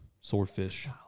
swordfish